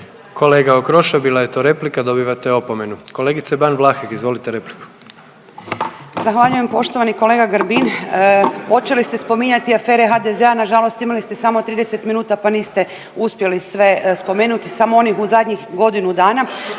Kolega Okroša bila je to replika dobivate opomenu. Kolegice Ban Vlahek izvolite repliku. **Ban, Boška (SDP)** Zahvaljujem. Poštovani kolega Grbin, počeli ste spominjati afere HDZ-a nažalost imali ste samo 30 minuta pa niste uspjeli sve spomenuti, samo onih u zadnjih godinu dana,